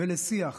ולשיח